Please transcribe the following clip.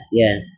yes